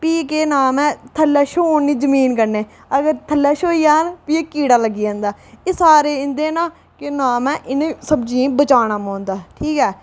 भी केह् नां ऐ छ्होन निं जमीन कन्नै ते अगर थल्लै छ्होई जाह्ग ते कीड़ा लग्गी जाह्ग सारे इं'दे ना केह् नां ऐ सब्जियें गी बचाना पौंदा ठीक ऐ